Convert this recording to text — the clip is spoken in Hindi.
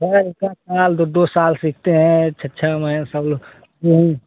साल का साल दो दो साल सीखते है छः छः महिना सब लोग यहीं